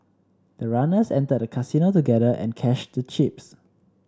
the runners entered the Casino together and cashed the chips